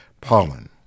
pollen